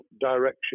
direction